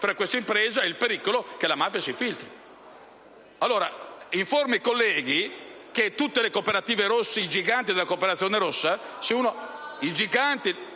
fra questa impresa e il pericolo che la mafia si infiltri. Informo i colleghi che tutte le cooperative rosse, i giganti della cooperazione rossa...